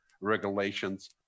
regulations